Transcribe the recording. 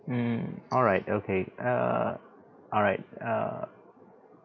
mm alright okay err alright err